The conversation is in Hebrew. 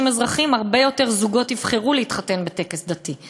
אזרחיים הרבה יותר זוגות יבחרו להתחתן בטקס דתי.